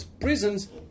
prisons